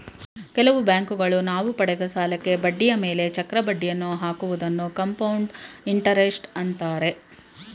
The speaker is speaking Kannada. ಕೆಲವು ಬ್ಯಾಂಕುಗಳು ನಾವು ಪಡೆದ ಸಾಲಕ್ಕೆ ಬಡ್ಡಿಯ ಮೇಲೆ ಚಕ್ರ ಬಡ್ಡಿಯನ್ನು ಹಾಕುವುದನ್ನು ಕಂಪೌಂಡ್ ಇಂಟರೆಸ್ಟ್ ಅಂತಾರೆ